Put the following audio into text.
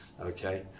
Okay